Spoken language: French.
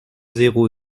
zéro